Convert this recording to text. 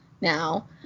now